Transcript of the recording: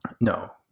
No